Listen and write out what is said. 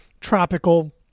tropical